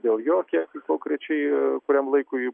dėl jo kiek konkrečiai kuriam laikui